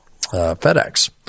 FedEx